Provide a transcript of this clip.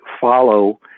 follow